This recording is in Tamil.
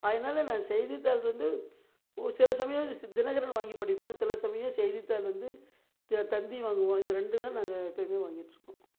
ஆகையினால் நான் செய்தித்தாள் வந்து சில சமயம் தினகரன் வாங்கி படிப்போம் சில சமயம் செய்தித்தாள் வந்து தந்தி வாங்குவோம் இந்த ரெண்டு தான் நாங்கள் எப்போயுமே வாங்கிட்டிருக்கோம்